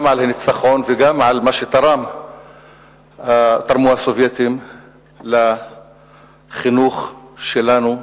גם על הניצחון וגם על מה שתרמו הסובייטים לחינוך שלנו,